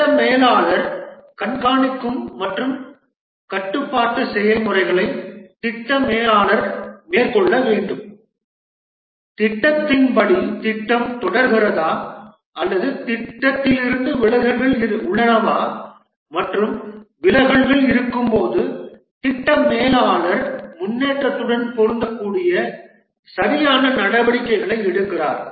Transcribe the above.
திட்ட மேலாளர் கண்காணிக்கும் மற்றும் கட்டுப்பாட்டு செயல்முறைகளை திட்ட மேலாளர் மேற்கொள்ள வேண்டும் திட்டத்தின் படி திட்டம் தொடர்கிறதா அல்லது திட்டத்திலிருந்து விலகல்கள் உள்ளனவா மற்றும் விலகல்கள் இருக்கும்போது திட்ட மேலாளர் முன்னேற்றத்துடன் பொருந்தக்கூடிய சரியான நடவடிக்கைகளை எடுக்கிறார்